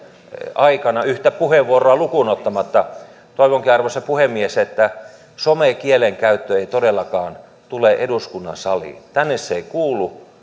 aikana yhtä puheenvuoroa lukuun ottamatta toivonkin arvoisa puhemies että some kielenkäyttö ei todellakaan tule eduskunnan saliin tänne se ei kuulu